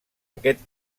aquest